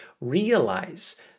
realize